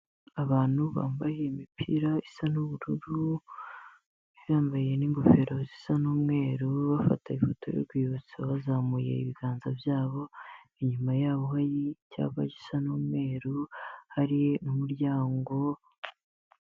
Abantu bambaye imipira isa n'ubururu yambaye n'ingofero zisa n'umweru bafata ifoto y'urwibutso bazamuye ibiganza byabo inyuma yabo hari icyapa gisa n'umweru hari n' umuryango.